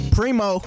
Primo